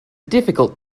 difficult